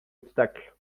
obstacle